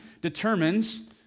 determines